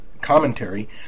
commentary